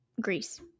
Greece